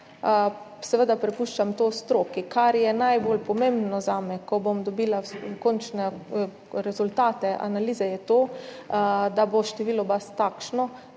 seveda jaz prepuščam to stroki. Kar je najbolj pomembno zame, ko bom dobila končne rezultate analize, je to, da bo število baz takšno,